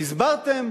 והסברתם